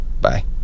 Bye